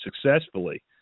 successfully